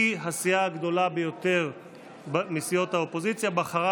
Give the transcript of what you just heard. כי הסיעה הגדולה ביותר מסיעות האופוזיציה בחרה